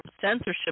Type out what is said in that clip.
censorship